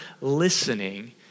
listening